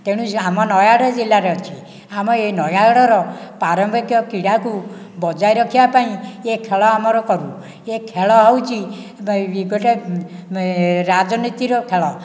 ତେଣୁ ଆମ ନୟାଗଡ଼ ଜିଲ୍ଲାରେ ଅଛି ଆମ ଏ ନୟାଗଡ଼ର ପାରମ୍ପରିକ କ୍ରୀଡ଼ାକୁ ବଜାଇ ରଖିବା ପାଇଁ ଏ ଖେଳ ଆମର କରୁ ଏ ଖେଳ ହେଉଛି ଗୋଟିଏ ରାଜନୀତିର ଖେଳ